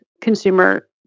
consumer